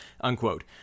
unquote